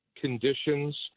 conditions